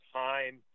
time